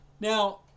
Now